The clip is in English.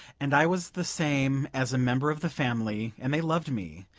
and i was the same as a member of the family and they loved me,